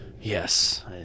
yes